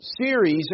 series